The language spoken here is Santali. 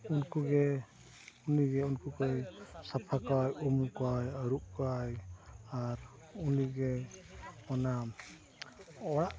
ᱩᱱᱠᱩᱜᱮ ᱩᱱᱤᱜᱮ ᱩᱱᱠᱩ ᱠᱚᱭ ᱥᱟᱯᱷᱟ ᱠᱚᱣᱟᱭ ᱩᱢ ᱠᱚᱣᱟᱭ ᱟᱹᱨᱩᱵ ᱠᱚᱣᱟᱭ ᱟᱨ ᱩᱱᱤᱜᱮ ᱚᱱᱟ ᱚᱲᱟᱜ